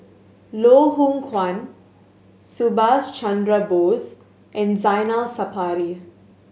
Loh Hoong Kwan Subhas Chandra Bose and Zainal Sapari